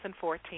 2014